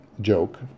joke